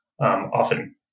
often